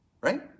right